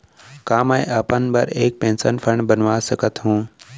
का मैं अपन बर एक पेंशन फण्ड बनवा सकत हो?